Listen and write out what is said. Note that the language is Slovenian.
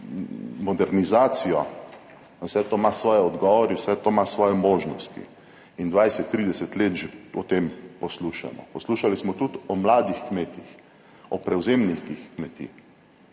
modernizacijo in vse to ima svoje odgovore, vse to ima svoje možnosti in 20, 30 let že o tem poslušamo. Poslušali smo tudi o mladih kmetih, o prevzemnikih kmetij.